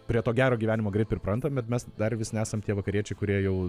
prie to gero gyvenimo greit priprantam bet mes dar vis nesam tie vakariečiai kurie jau